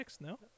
no